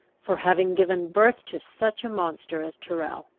for having given birth to such a monster as tyrrel.